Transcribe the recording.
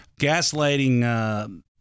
gaslighting